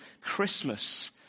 Christmas